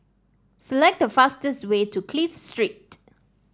select the fastest way to Clive Street